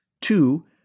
two